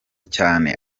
cyane